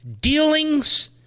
dealings